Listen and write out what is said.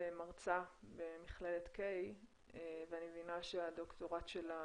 מרצה במכללת קיי ואני מבינה שהדוקטורט שלה